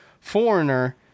Foreigner